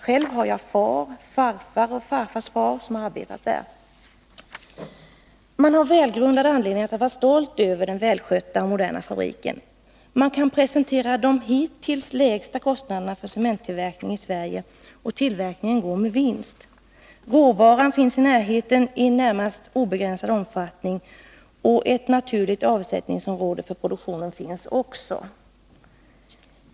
Själv har jag en far, en farfar och en farfars far som har arbetat där. Man har välgrundad anledning att vara stolt över den välskötta och moderna fabriken — den kan presentera de hittills lägsta kostnaderna för cementtillverkning i Sverige, och tillverkningen går med vinst. Råvaran finns i närheten i en närmast obegränsad omfattning. Ett naturligt avsättningsområde för produktionen finns också.